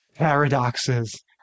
paradoxes